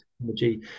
technology